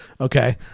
okay